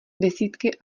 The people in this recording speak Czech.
desítky